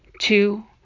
two